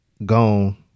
gone